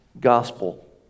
gospel